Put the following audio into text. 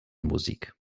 musik